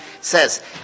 says